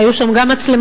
היו שם מצלמות,